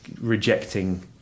rejecting